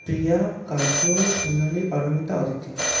Priya Kajal Sonali Paromita Aditi